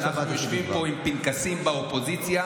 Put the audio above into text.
אנחנו יושבים פה עם פנקסים באופוזיציה